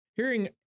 Hearing